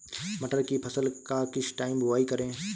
मटर की फसल का किस टाइम बुवाई करें?